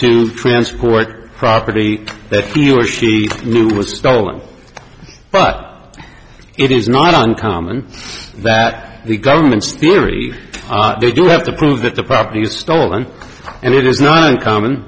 to transport property that he or she knew was stolen but it is not uncommon that the government's theory they do have to prove that the property was stolen and it is not uncommon